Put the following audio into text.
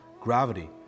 gravity